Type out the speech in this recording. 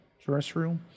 terrestrial